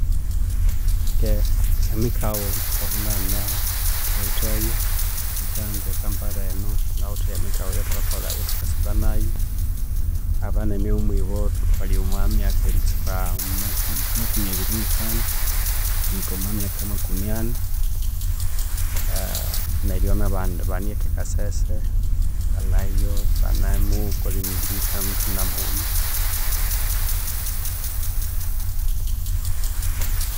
Keghe emikaghu obuthuku obunene thuwitheyo hatya nge Kampala enu thunawitheyo emikaghu eya thukakolha eyathukasiba nayu abanene balhi omwibo balhi omwa myaka eritsuka ma- makumi abiri nithanu erihika omwa myaka makumi ani. Nero nabandi bani eka ekasese banimukola emibiri eyetiyamutina muwoma.